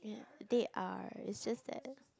they are it's just that